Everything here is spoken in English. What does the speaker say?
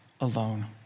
alone